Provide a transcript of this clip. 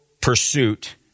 pursuit